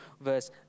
verse